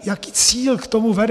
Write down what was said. Jaký cíl k tomu vede?